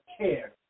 care